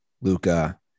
Luca